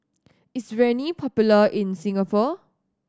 is Rene popular in Singapore